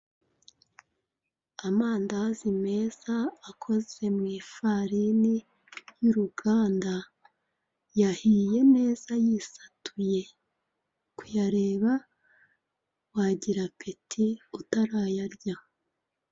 Ndi kubona inzu igaragaza ubucuruzi bw'amata bwanditsemo. Ni iduka ricuruza amata.